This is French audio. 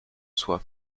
soi